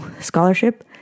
scholarship